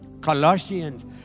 Colossians